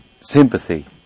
sympathy